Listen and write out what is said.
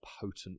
potent